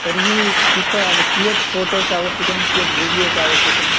तर्हि कुत्र कियद् फोटोस् आवश्यकं कीयद् वीडियोस् आवश्यकं